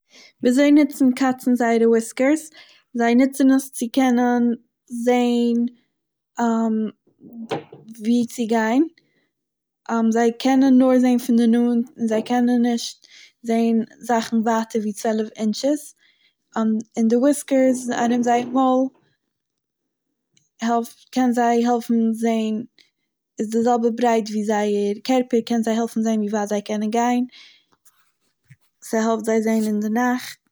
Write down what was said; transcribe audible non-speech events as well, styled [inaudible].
ווי אזוי נוצן קאצ'ן זייערע וויסקערס, זיי נוצן עס צו קענען זעהן [hesitation] ווי צו גיין [hesitation] זיי קענען נאר זעהן פון דער נאנט און זיי קענען נישט זעהן זאכן ווייטער ווי צוועלף אינטשעס, [hesitation] און די וויסקערס ארום זייער מויל, העלפט, קען זיי העלפן זעהן איז דער זעלבע ברייט ווי זייער קערפער קען זיי העלפן זעהן ווי ווייט זיי קענען גיין, ס'העלפט זיי זעהן אין דער נאכט.